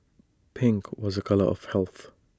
pink was A colour of health